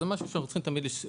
זה משהו שאנחנו צריכים לשים